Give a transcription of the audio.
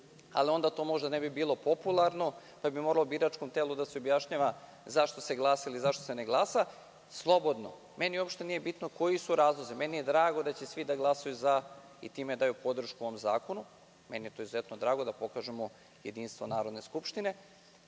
ali onda to možda ne bi bilo popularno, pa bi moralo biračkom telu da se objašnjava zašto se glasa ili zašto se ne glasa, slobodno, meni uopšte nije bitno koji su razlozi. Drago mi je što će svi da glasaju za i da time daju podršku ovom zakonu. Drago mi je što ćemo time pokazati jedinstvo Narodne skupštine. Iskreno,